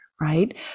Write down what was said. Right